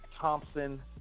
Thompson